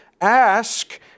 ask